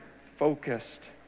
focused